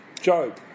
Job